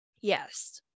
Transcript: Yes